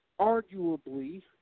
arguably